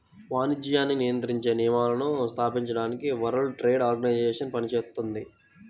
వాణిజ్యాన్ని నియంత్రించే నియమాలను స్థాపించడానికి వరల్డ్ ట్రేడ్ ఆర్గనైజేషన్ పనిచేత్తుంది